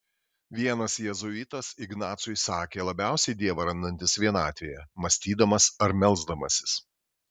vienas jėzuitas ignacui sakė labiausiai dievą randantis vienatvėje mąstydamas ar melsdamasis